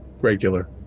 Regular